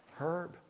Herb